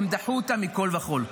והם דחו אותן מכול וכול.